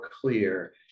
clear